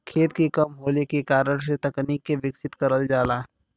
खेत के कम होले के कारण से तकनीक के विकसित करल जाला